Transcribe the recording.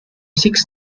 six